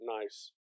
nice